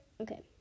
Okay